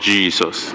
Jesus